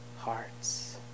hearts